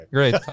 Great